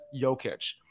Jokic